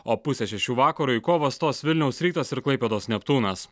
o pusę šešių vakaro į kovą stos vilniaus rytas ir klaipėdos neptūnas